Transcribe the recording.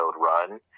run